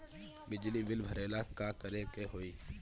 बिजली बिल भरेला का करे के होई?